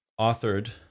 authored